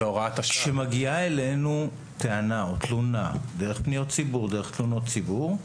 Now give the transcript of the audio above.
כשמגיעה אלינו טענה או תלונה דרך פניות ציבור או תלונות ציבור,